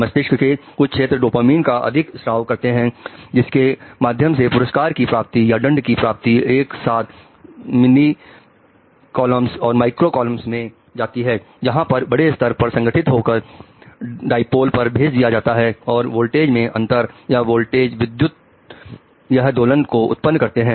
मस्तिष्क के कुछ क्षेत्र डोपामिन का अधिक स्राव करते हैं करते हैं जिसके माध्यम से पुरस्कार की प्राप्ति या दंड की प्राप्ति एक साथ मिली कॉलम्स और माइक्रो कॉलम्स में जाती है जहां पर बड़े स्तर पर संगठित होकर डाई पोल पर भेज दिया जाता है और वोल्टेज में अंतर या वोल्टेज विद्युत यह दोलन को उत्पन्न करते हैं